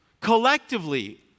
collectively